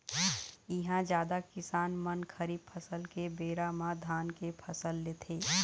इहां जादा किसान मन खरीफ फसल के बेरा म धान के फसल लेथे